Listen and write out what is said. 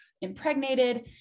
impregnated